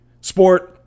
sport